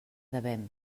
devem